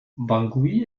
bangui